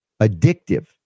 addictive